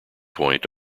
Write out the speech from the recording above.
point